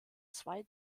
zwei